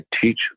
teach